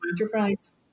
enterprise